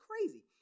crazy